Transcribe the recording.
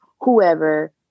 whoever